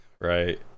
right